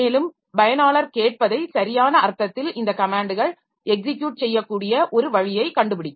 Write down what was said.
மேலும் பயனாளர் கேட்பதை சரியான அர்த்தத்தில் இந்த கமேன்ட்கள் எக்ஸிக்யூட் செய்யக்கூடிய ஒரு வழியை கண்டுபிடிக்கும்